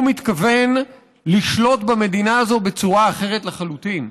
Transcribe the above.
הוא מתכוון לשלוט במדינה הזאת בצורה אחרת לחלוטין.